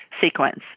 sequence